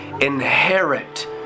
inherit